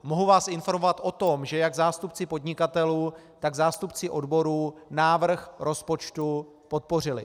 Mohu vás informovat o tom, že jak zástupci podnikatelů, tak zástupci odborů návrh rozpočtu podpořili.